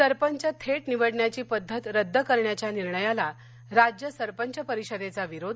सरपंच थेट निवडण्याची पद्धत रद्द करण्याच्या निर्णयाला राज्य सरपंच परिषदेचा विरोध